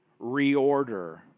reorder